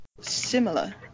similar